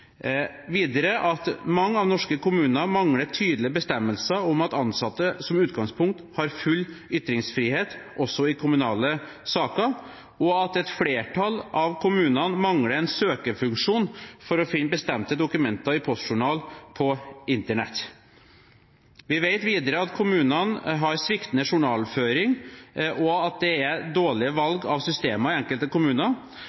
videre at mange norske kommuner mangler tydelige bestemmelser om at ansatte som utgangspunkt har full ytringsfrihet også i kommunale saker, og at et flertall av kommunene mangler en søkefunksjon for å finne bestemte dokumenter i postjournalen på Internett. Vi vet videre at kommunene har sviktende journalføring, at det er dårlige